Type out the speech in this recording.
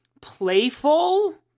playful